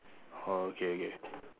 oh okay okay